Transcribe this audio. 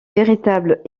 véritable